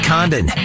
Condon